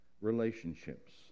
relationships